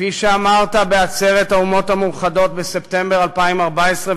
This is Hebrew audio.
כפי שאמרת בעצרת האומות המאוחדות בספטמבר 2014,